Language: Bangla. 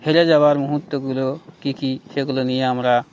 হেরে যাওয়ার মুহুর্তগুলো কী কী সেগুলো নিয়ে আমরা